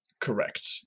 Correct